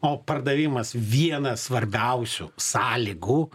o pardavimas viena svarbiausių sąlygų